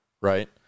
Right